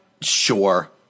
Sure